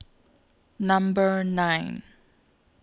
Number nine